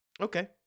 Okay